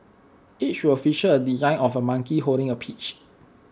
each will feature A design of A monkey holding A peach